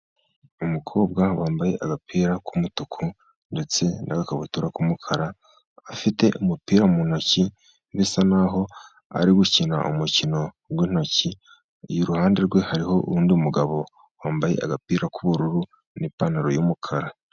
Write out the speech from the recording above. Umukobwa wambaye agapira k'umutuku, ndetse nagakabutura k'umukara, afite umupira mu ntoki, bisa naho ari gukina umukino w'intoki. Iruhande rwe hariho undi mugabo wambaye agapira k'ubururu n'ipantaro y'umukara.